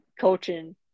coaching